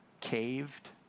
caved